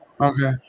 Okay